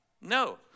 No